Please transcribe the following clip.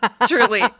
truly